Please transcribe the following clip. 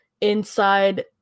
inside